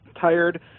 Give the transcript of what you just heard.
tired